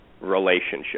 Relationship